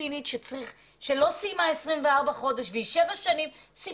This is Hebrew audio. פיליפינית שלא סיימה 24 חודשים והיא שבע שנים בארץ,